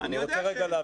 אני יודע שאין.